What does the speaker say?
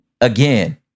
again